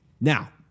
Now